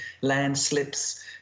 landslips